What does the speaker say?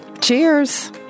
Cheers